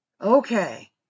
Okay